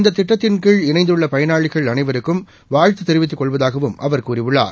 இந்த திட்டத்தின்கீழ் இணைந்துள்ள பயளாளிகள் அனைவருக்கும் வாழ்த்து தெரிவித்துக் கொள்வதாகவும் அவர் கூறியுள்ளார்